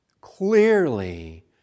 clearly